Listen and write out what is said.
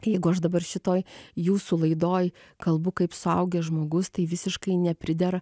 jeigu aš dabar šitoj jūsų laidoj kalbu kaip suaugęs žmogus tai visiškai nepridera